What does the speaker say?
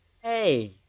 Hey